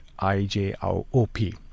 IJOP